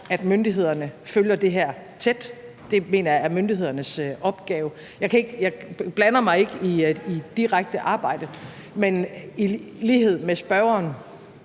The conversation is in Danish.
at myndighederne følger det her tæt; det mener jeg er myndighedernes opgave. Jeg blander mig ikke i det direkte arbejde, men i lighed med spørgeren